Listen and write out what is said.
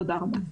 תודה רבה.